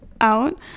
out